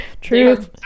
True